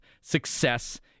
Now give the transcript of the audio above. success